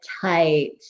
tight